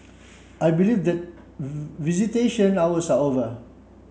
I believe that visitation hours are over